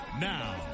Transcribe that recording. Now